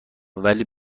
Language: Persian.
ولی